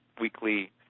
weekly